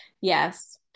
yes